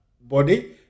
body